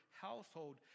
household